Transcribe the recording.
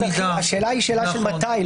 השאלה היא שאלה של מתי.